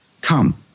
come